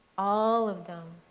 all of them.